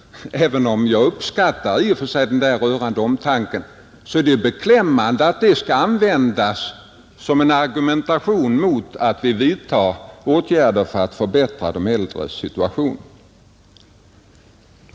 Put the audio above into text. Även om jag uppskattar den rörande omtanken tycker jag, herr Nordgren, att det är beklämmande att dessa missförhållanden skall användas som en argumentation mot att vi vidtar åtgärder för att förbättra de äldres situation.